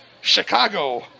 Chicago